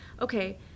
okay